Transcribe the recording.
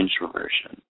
introversion